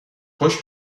پشت